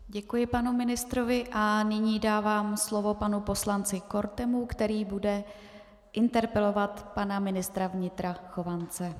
Děkuji panu ministrovi a nyní dávám slovo panu poslanci Kortemu, který bude interpelovat pana ministra vnitra Chovance.